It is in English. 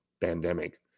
pandemic